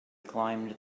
climbed